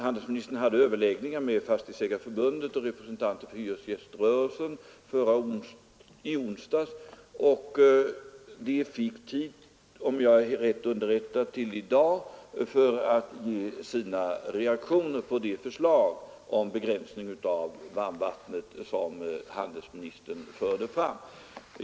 Handelsministern hade överläggningar med Fastighetsägareförbundet och representanter för hyresgäströrelsen i onsdags, och de fick tid på sig — om jag är rätt underrättad — till i dag att ge sina reaktioner på det förslag om begränsning av varmvatten som handelsministern förde fram.